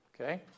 Okay